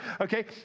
Okay